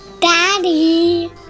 Daddy